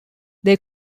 they